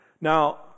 Now